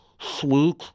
sweet